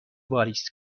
واریز